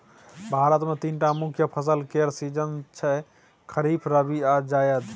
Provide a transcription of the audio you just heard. भारत मे तीनटा मुख्य फसल केर सीजन छै खरीफ, रबी आ जाएद